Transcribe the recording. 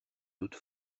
doute